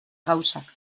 gauzak